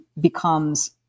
becomes